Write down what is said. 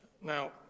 now